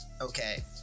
okay